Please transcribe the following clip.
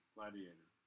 Gladiator